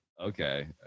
Okay